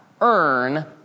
earn